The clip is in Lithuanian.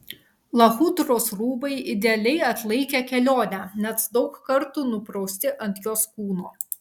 lachudros rūbai idealiai atlaikė kelionę net daug kartų nuprausti ant jos kūno